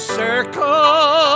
circle